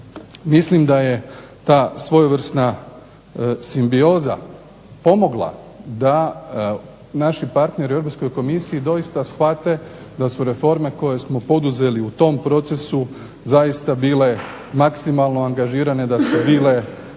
Mislim da je ta svojevrsna simbioza pomogla da naši partneri u Europskoj komisiji doista shvate da su reforme koje smo poduzeli u tom procesu zaista bile maksimalno angažirane, da su bile